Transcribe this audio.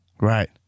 Right